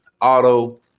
Auto